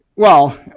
well